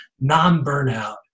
non-burnout